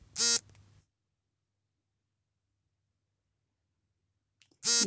UPI ಸೌಲಭ್ಯದಲ್ಲಿ ಮಾಡುವ ಪಾವತಿಗಳು ಸುರಕ್ಷಿತವೇ?